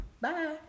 Bye